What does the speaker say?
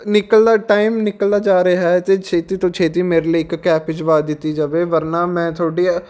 ਨਿਕਲਦਾ ਟਾਈਮ ਨਿਕਲਦਾ ਜਾ ਰਿਹਾ ਹੈ ਤਾਂ ਛੇਤੀ ਤੋਂ ਛੇਤੀ ਮੇਰੇ ਲਈ ਇੱਕ ਕੈਬ ਭਿਜਵਾ ਦਿੱਤੀ ਜਾਵੇ ਵਰਨਾ ਮੈਂ ਤੁਹਾਡੀ ਅ